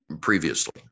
previously